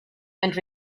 and